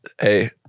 Hey